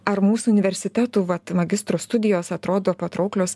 ar mūsų universitetų vat magistro studijos atrodo patrauklios